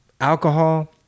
alcohol